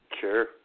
Sure